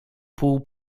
pół